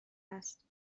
است